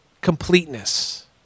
completeness